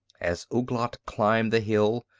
as ouglat climbed the hill,